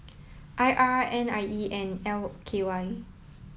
I R N I E and L K Y